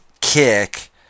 kick